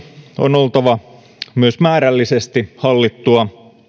on oltava myös määrällisesti hallittua